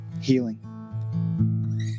healing